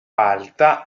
alta